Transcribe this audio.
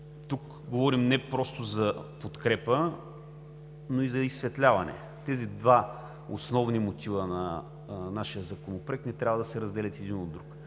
тук говорим не просто за подкрепа, но и за изсветляване. Тези два основни мотива на нашия законопроект не трябва да се разделят един от друг.